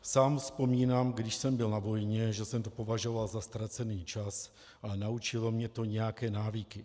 Sám vzpomínám, když jsem byl na vojně, že jsem to považoval za ztracený čas, ale naučilo mě to nějaké návyky.